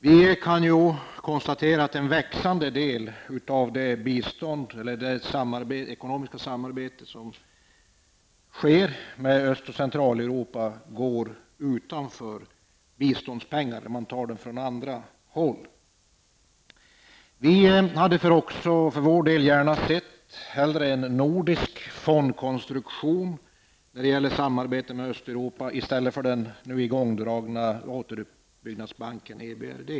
Vi kan konstatera att en växande del av det ekonomiska samabete som sker med Östoch Centraleuropa går utanför biståndsmedlen. Man tar dessa medel från andra håll. Vi hade för vår del gärna sett en nordisk fondkonstruktion när det gäller samarbete med Östeuropa i stället för den nu igångdragna återuppbyggnadsbanken, EBRD.